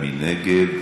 מי נגד?